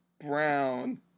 brown